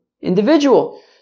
individual